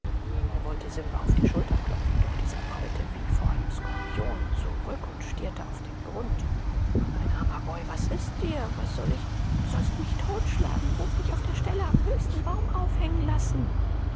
er wollte simba auf die schulter klopfen doch dieser prallte wie vor einem skorpion zurück und stierte auf den grund mein armer boy was ist dir was soll ich du sollst mich totschlagen du sollst mich auf der stelle am höchsten baum aufhängen lassen